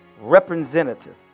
representative